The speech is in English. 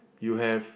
you have